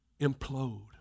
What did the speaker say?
implode